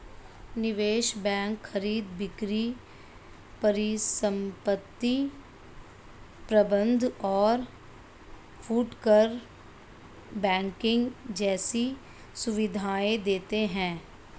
निवेश बैंक खरीद बिक्री परिसंपत्ति प्रबंध और फुटकर बैंकिंग जैसी सुविधायें देते हैं